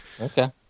Okay